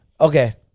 Okay